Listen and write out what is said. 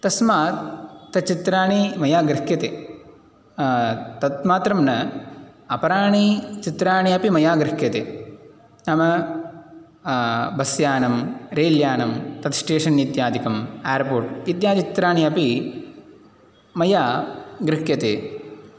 तस्मात् तच्चित्राणि मया गृह्यते तत्मात्रं न अपराणि चित्राणि अपि मया गृह्यते नाम बस्यानं रैल्यानं तत्स्टेशन् इत्यादिकम् आर्पोर्ट् इत्यादिचित्राणि अपि मया गृह्यते